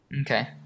Okay